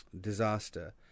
Disaster